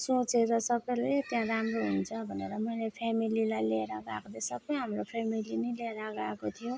सोचेर सबैले त्यहाँ राम्रो हुन्छ भनेर मैले फ्यामिलीलाई लिएर गएको त सबै हाम्रो फ्यामिली नै लिएर गएको थियो